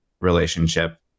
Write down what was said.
relationship